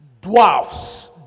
Dwarfs